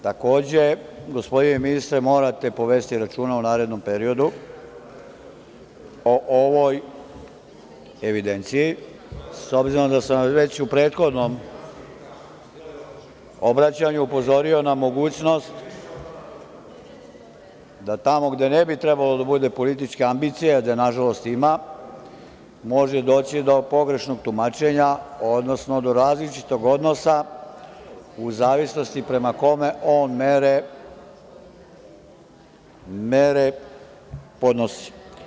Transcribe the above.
Takođe, gospodine ministre, morate povesti računa u narednom periodu o ovoj evidenciji, s obzirom da sam vas već u prethodnom obraćanju upozorio na mogućnost da tamo gde ne bi trebalo da bude političke ambicije, a gde je nažalost ima, može doći do pogrešnog tumačenja, odnosno do različitog odnosa u zavisnosti prema kome on mere podnosi.